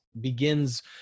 begins